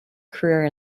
career